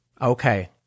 Okay